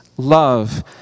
love